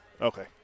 Okay